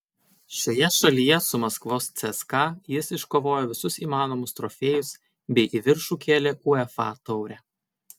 šioje šalyje su maskvos cska jis iškovojo visus įmanomus trofėjus bei į viršų kėlė uefa taurę